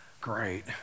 Great